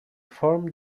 formed